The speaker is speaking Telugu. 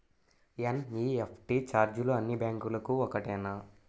ఎన్.ఈ.ఎఫ్.టీ ఛార్జీలు అన్నీ బ్యాంక్లకూ ఒకటేనా?